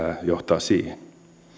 johtaa siihen